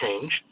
change